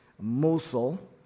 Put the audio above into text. Mosul